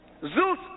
Zeus